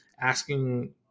asking